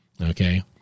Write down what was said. Okay